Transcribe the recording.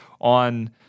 on